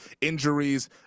injuries